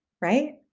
right